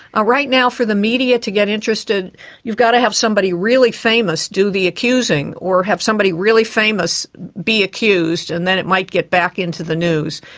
ah right now for the media to get interested you've got to have somebody really famous do the accusing or have somebody really famous be accused and then it might get back into the news.